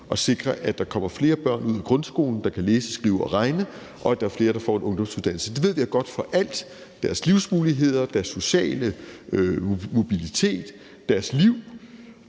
at sikre, at der kommer flere børn ud af grundskolen, der kan læse, skrive og regne, og at der er flere, der får en ungdomsuddannelse. Det ved vi er godt for alt; deres livsmuligheder, deres sociale mobilitet, deres liv.